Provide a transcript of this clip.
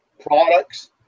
products